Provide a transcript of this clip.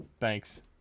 Thanks